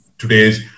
Today's